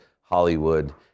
Hollywood